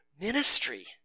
ministry